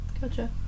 Gotcha